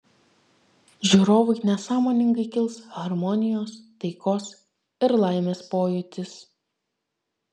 žiūrovui nesąmoningai kils harmonijos taikos ir laimės pojūtis